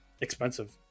expensive